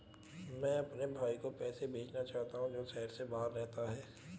मैं अपने भाई को पैसे भेजना चाहता हूँ जो शहर से बाहर रहता है